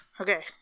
Okay